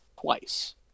twice